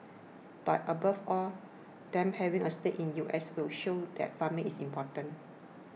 but above all them having a stake in U S will show that farming is important